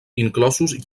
inclosos